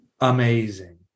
amazing